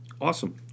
Awesome